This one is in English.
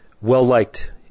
well-liked